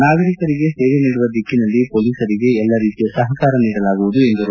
ನಾಗರಿಕರಿಗೆ ಸೇವೆ ನೀಡುವ ದಿಕ್ಕಿನಲ್ಲಿ ಪೊಲೀಸರಿಗೆ ಎಲ್ಲಾ ರೀತಿಯ ಸಹಕಾರ ನೀಡಲಾಗುವುದು ಎಂದರು